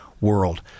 world